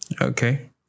okay